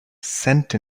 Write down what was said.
cent